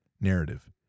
narrative